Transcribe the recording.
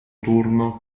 turno